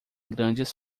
grandes